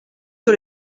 sur